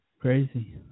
Crazy